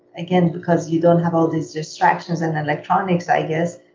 again because you don't have all these distractions and electronics, i guess.